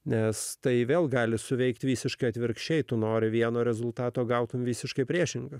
nes tai vėl gali suveikti visiškai atvirkščiai tu nori vieno rezultato gautumei visiškai priešingą